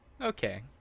Okay